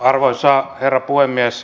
arvoisa herra puhemies